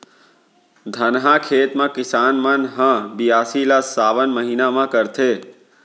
धनहा खेत म किसान मन ह बियासी ल सावन महिना म करथे